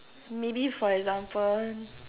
maybe for example